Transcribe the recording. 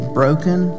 broken